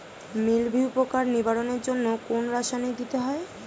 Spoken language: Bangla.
মিলভিউ পোকার নিবারণের জন্য কোন রাসায়নিক দিতে হয়?